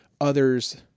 others